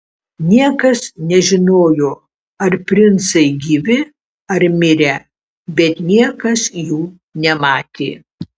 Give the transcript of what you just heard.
niekas nežinojo ar princai gyvi ar mirę bet niekas jų nematė